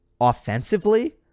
offensively